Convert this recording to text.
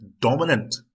dominant